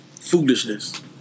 foolishness